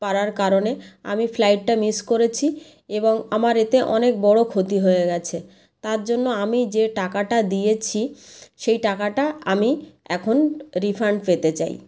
পারার কারণে আমি ফ্লাইটটা মিস করেছি এবং আমার এতে অনেক বড় ক্ষতি হয়ে গিয়েছে তার জন্য আমি যে টাকাটা দিয়েছি সেই টাকাটা আমি এখন রিফান্ড পেতে চাই